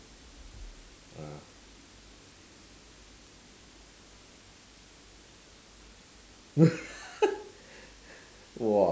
ah !wah!